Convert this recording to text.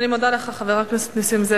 אני מודה לך, חבר הכנסת נסים זאב.